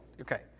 okay